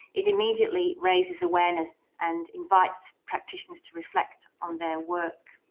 it immediately raises awareness and invites practitioners to reflect on their work.